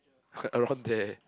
it's like around that